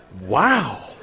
Wow